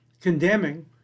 condemning